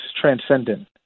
transcendent